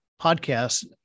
podcast